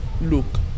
look